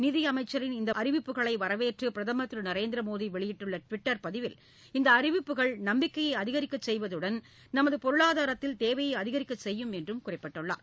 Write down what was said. நிதியமைச்சரின் இந்த அறிவிப்புகளை வரவேற்று பிரதமர் திரு நரேந்திர மோடி வெளியிட்டுள்ள டுவிட்டர் பதிவில் இந்த அறிவிப்புகள் நம்பிக்கையை அதிகரிக்கச் செய்வதுடன நமது பொருளாதாரத்தில் தேவையை அதிகரிக்கச் செய்யும் என்றும் குறிப்பிட்டுள்ளார்